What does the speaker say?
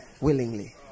willingly